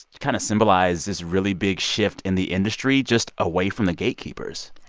kind of symbolize this really big shift in the industry just away from the gatekeepers?